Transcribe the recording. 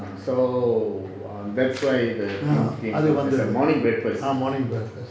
ah morning breakfast